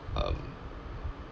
um